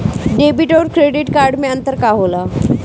Debit और credit card मे अंतर का होला?